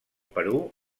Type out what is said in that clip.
perú